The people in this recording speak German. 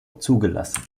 zugelassen